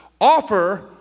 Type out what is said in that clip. Offer